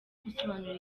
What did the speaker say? gusobanura